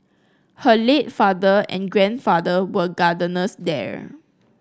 her late father and grandfather were gardeners there